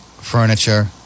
furniture